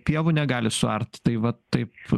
pievų negali suart tai va taip